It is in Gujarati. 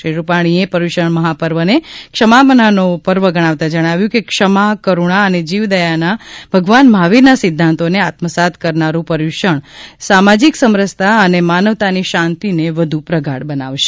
શ્રી રૂપાણીએ પર્યુષણ મહાપર્વને ક્ષમાપનાનો પર્વ ગણાવતા જણાવ્યું છે કે ક્ષમા કરૂણા અને જીવદયાના ભગવાન મહાવીરના સિદ્ધાંતોને આત્મસાત કરનારૂ પર્યુષણ સામાજિક સમરસના અને માનવતાની શાંતિઓને વદુ પ્રગાઢ બનાવાશે